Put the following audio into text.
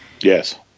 Yes